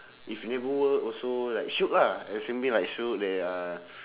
if never work also like shiok lah assuming like should they uh